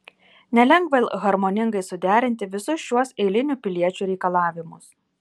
nelengva harmoningai suderinti visus šiuos eilinių piliečių reikalavimus